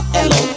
Hello